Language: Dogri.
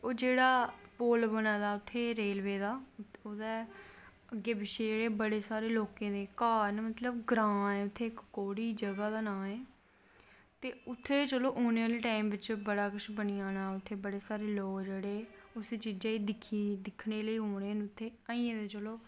ओह् जेह्ड़ा पुल बने दा रेलवे दा ओह्दै अग्गैं पिच्छें बड़े सारे लोकें दे घर न ग्रांऽ ऐ उत्थें कोह्ड़ी इक जगाह् दा नांऽ ऐ उत्थें चलो औनें आह्ले टैम बड़ा किश बनी जाना ऐ उत्थें बड़े सारे लोग जेह्ड़ी उस चीजें गी दिक्खने लेई औनें न अजें ते चलो